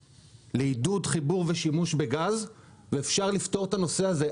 לעידוד חיבור ושימוש בגז ואפשר לפתור את הנושא הזה,